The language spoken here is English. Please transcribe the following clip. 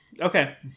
Okay